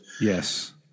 yes